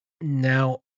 now